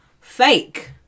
fake